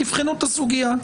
תבחנו את הסוגיה.